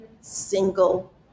single